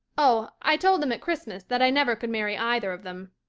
oh, i told them at christmas that i never could marry either of them.